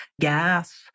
gas